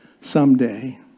someday